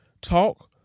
talk